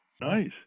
Nice